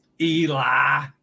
Eli